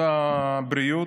הבריאות,